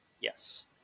Yes